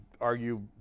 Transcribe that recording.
argue